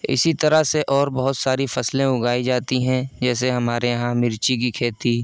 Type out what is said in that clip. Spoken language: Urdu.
اسی طرح سے اور بہت ساری فصلیں اگائی جاتی ہیں جیسے ہمارے یہاں مرچی کی کھیتی